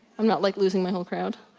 i'm not like, losing my whole crowd?